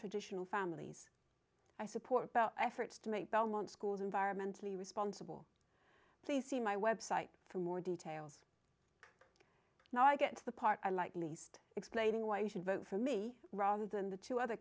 traditional families i support efforts to make belmont schools environmentally responsible please see my website for more details now i get to the part i like least explaining why you should vote for me rather than the two other